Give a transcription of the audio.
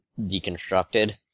deconstructed